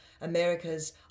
America's